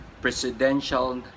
Presidential